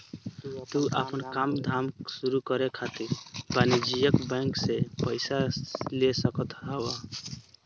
तू आपन काम धाम शुरू करे खातिर वाणिज्यिक बैंक से पईसा ले सकत हवअ